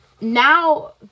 now